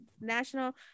National